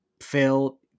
Phil